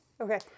Okay